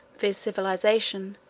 viz. civilization,